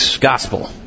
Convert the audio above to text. Gospel